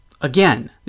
Again